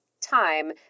time